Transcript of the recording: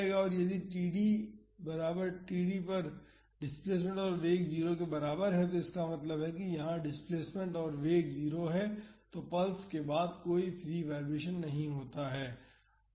और यदि t बराबर td पर डिस्प्लेसमेंट और वेग 0 के बराबर है तो इसका मतलब है यदि यहाँ डिस्प्लेस्मेंट और वेग 0 है तो पल्स के बाद कोई फ्री वाईब्रेशन नहीं होता है